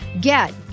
Get